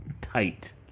tight